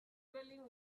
dwelling